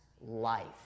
life